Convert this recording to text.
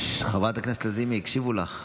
חברת הכנסת לזימי, הקשיבו לך.